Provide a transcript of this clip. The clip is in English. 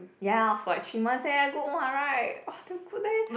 ya for like three months eh good [what] right !wah! good leh